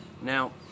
Now